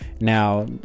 Now